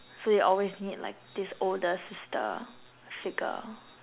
so you always need like these older sister figure